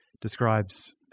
describes